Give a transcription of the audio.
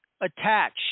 attach